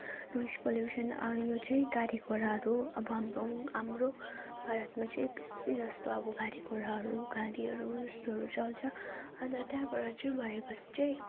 noise pollution अनि यो चाहिँ गाडीघोडाहरू अब हाम्रो हाम्रो भारतमा चाहिँ बेसी जस्तो अब गाडीघोडाहरू गाडीहरू यस्तोहरू चल्छ अन्त त्यहाँबाट चाहिँ भएपछि चाहिँ